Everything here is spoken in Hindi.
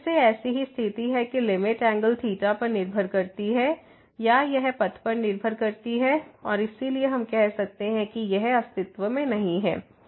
तो फिर से ऐसी ही स्थिति है कि लिमिट एंगल ϴangle ϴ पर निर्भर करती है या यह पथ पर निर्भर करती है और इसलिए हम कह सकते हैं यह अस्तित्व में नहीं है